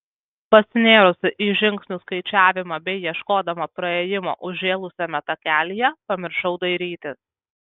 pasinėrusi į žingsnių skaičiavimą bei ieškodama praėjimo užžėlusiame takelyje pamiršau dairytis